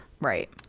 right